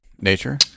Nature